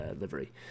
livery